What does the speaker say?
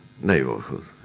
neighborhood